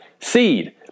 seed